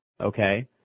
Okay